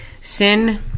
Sin